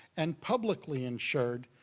and publicly insured,